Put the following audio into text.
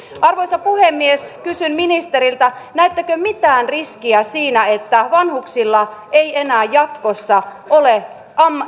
arvoisa puhemies kysyn ministeriltä näettekö mitään riskiä siinä että vanhuksilla ei enää jatkossa ole